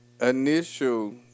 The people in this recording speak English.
initial